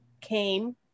came